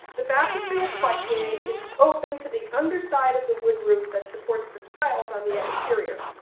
the baptistery at poitiers is open to the underside of the wood roof that supports the tiles on the exterior.